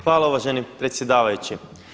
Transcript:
Hvala uvaženi predsjedavajući.